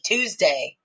Tuesday